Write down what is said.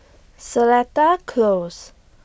Seletar Close